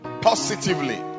positively